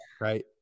Right